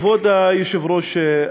כבוד היושב-ראש,